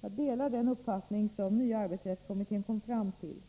Jag delar den uppfattning som nya arbetsrättskommittén kom fram till,